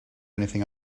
anything